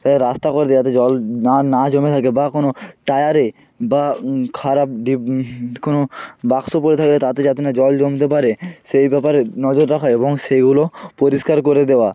রাস্তা করে দেওয়া যাতে জল না জমে থাকে বা কোনোও টায়ারে বা খারাপ কোনোও বাক্স পড়ে থাকে তাতে যাতে না জল জমতে পারে সেই ব্যাপারে নজর রাখা এবং সেইগুলো পরিষ্কার করে দেওয়া